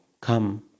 come